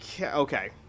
Okay